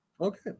Okay